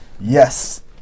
yes